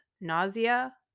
nausea